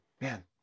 man